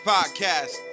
Podcast